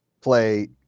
play